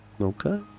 Okay